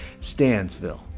Stansville